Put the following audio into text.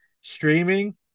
streaming